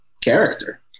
character